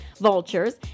Vultures